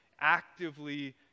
actively